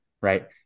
right